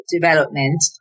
development